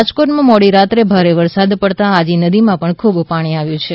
રાજકોટમાં મોડીરાત્રે ભારે વરસાદ પડતાં આજી નદીમાં ખૂબ પાણી આવ્યું હતું